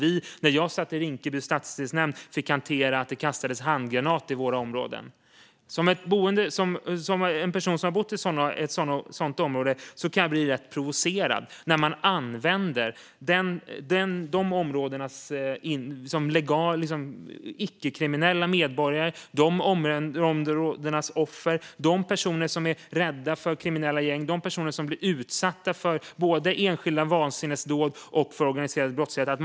När jag satt i Rinkeby stadsdelsnämnd fick vi också hantera att det kastades handgranater i våra områden. Som en person som har bott i ett sådant område blir jag ganska provocerad när man använder de områdenas icke kriminella medborgare som slagträ i debatten. De är områdenas offer, som är rädda för kriminella gäng och som blir utsatta för både enskilda vansinnesdåd och organiserad brottslighet.